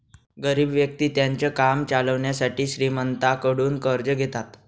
गरीब व्यक्ति त्यांचं काम चालवण्यासाठी श्रीमंतांकडून कर्ज घेतात